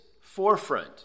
forefront